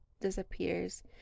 disappears